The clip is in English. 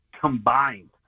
combined